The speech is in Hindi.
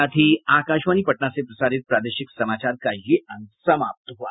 इसके साथ ही आकाशवाणी पटना से प्रसारित प्रादेशिक समाचार का ये अंक समाप्त हुआ